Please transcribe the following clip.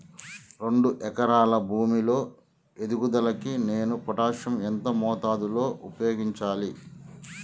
రెండు ఎకరాల భూమి లో ఎదుగుదలకి నేను పొటాషియం ఎంత మోతాదు లో ఉపయోగించాలి?